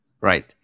Right